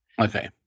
Okay